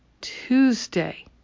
Tuesday